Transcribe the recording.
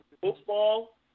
Football